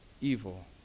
evil